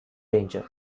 danger